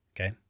Okay